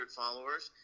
followers